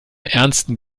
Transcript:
ernsten